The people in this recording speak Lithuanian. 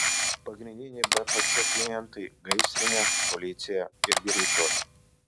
pagrindiniai bpc klientai gaisrinė policija ir greitoji